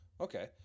okay